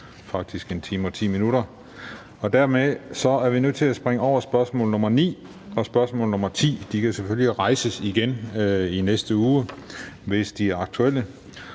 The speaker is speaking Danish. faktisk en time og ti minutter. Vi er nødt til at springe spørgsmål nr. 9 og nr. 10 over. De kan selvfølgelig rejses igen i næste uge, hvis de er aktuelle.